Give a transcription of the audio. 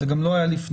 זה גם לא היה לפני.